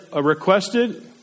requested